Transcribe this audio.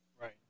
Right